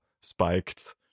spiked